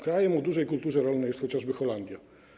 Krajem o dużej kulturze rolnej jest chociażby Holandia.